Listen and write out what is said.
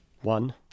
one